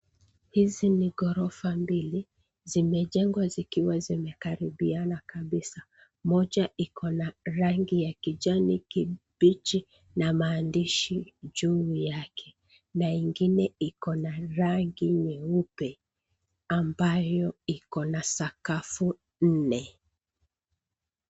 Hizi ni gorofa mbili, zimejengwa zikiwa zimekaribiana kabisa. Moja iko na rangi ya kijani kibichi na maandishi juu yake na ingine iko na rangi nyeupe ambayo iko na sakafu nne.